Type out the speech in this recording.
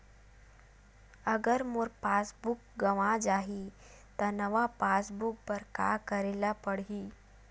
अगर मोर passbook गवां जाहि त नवा पास बुक बर का करे ल पड़हि?